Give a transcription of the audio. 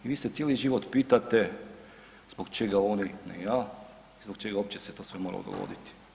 I vi se cijeli život pitate zbog čega oni ne ja, zbog čega opće se to sve moralo dogoditi?